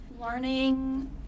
learning